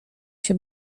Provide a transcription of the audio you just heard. się